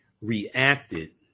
reacted